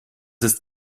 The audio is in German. ist